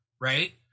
Right